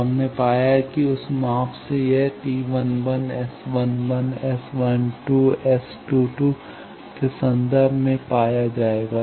तो हमने पाया है कि उस माप से यह T 11 S 11 ⋅ S12⋅ S 22 के संदर्भ में पाया जाएगा